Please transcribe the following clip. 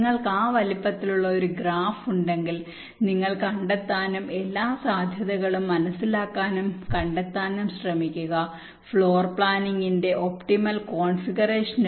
നിങ്ങൾക്ക് ആ വലുപ്പത്തിലുള്ള ഒരു ഗ്രാഫ് ഉണ്ടെങ്കിൽ നിങ്ങൾ കണ്ടെത്താനും എല്ലാ സാധ്യതകളും പര്യവേക്ഷണം ചെയ്യാനും കണ്ടെത്താനും ശ്രമിക്കുക ഫ്ലോർ പ്ലാനിന്റെ ഒപ്റ്റിമൽ കോൺഫിഗറേഷൻ